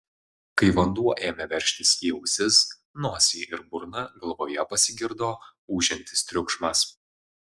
kai vanduo ėmė veržtis į ausis nosį ir burną galvoje pasigirdo ūžiantis triukšmas